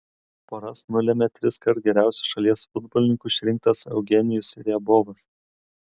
poras nulėmė triskart geriausiu šalies futbolininku išrinktas eugenijus riabovas